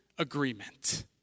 agreement